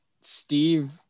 Steve